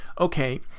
okay